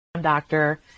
doctor